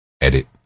Edit